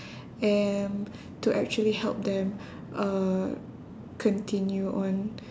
and to actually help them uh continue on